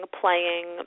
playing